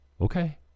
Okay